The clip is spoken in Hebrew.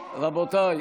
רבותיי.